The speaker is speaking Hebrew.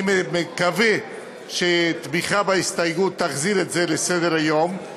אני מקווה שתמיכה בהסתייגות תחזיר את זה לסדר-היום.